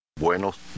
Buenos